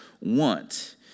want